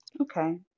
Okay